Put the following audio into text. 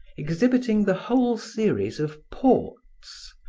exhibiting the whole series of ports,